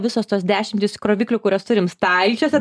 visos tos dešimtys įkroviklių kuriuos turim stalčiuose